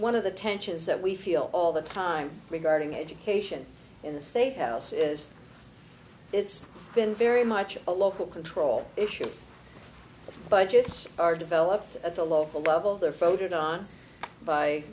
one of the tensions that we feel all the time regarding education in the state house is it's been very much a local control issue budgets are developed at the local level they're foetid on by